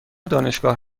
دانشگاه